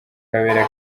karere